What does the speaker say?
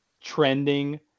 trending